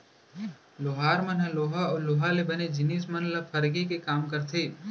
लोहार मन ह लोहा अउ लोहा ले बने जिनिस मन ल फरगे के काम करथे